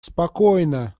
спокойно